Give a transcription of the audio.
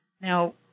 Now